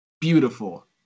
Beautiful